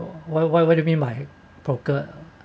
what what what do you mean by broker